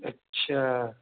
अच्छा